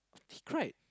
he cried